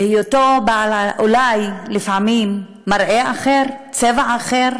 בהיותו בעל, אולי, לפעמים, מראה אחר, צבע אחר,